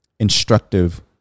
instructive